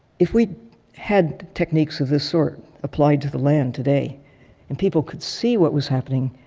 if we had techniques of this sort applied to the land today and people could see what was happening,